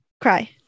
Cry